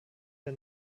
der